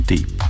Deep